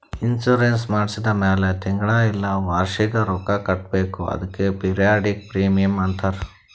insurance ಮಾಡ್ಸಿದ ಮ್ಯಾಲ್ ತಿಂಗಳಾ ಇಲ್ಲ ವರ್ಷಿಗ ರೊಕ್ಕಾ ಕಟ್ಬೇಕ್ ಅದ್ಕೆ ಪಿರಿಯಾಡಿಕ್ ಪ್ರೀಮಿಯಂ ಅಂತಾರ್